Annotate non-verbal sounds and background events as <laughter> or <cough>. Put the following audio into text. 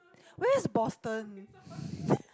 where is Boston <breath>